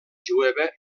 jueva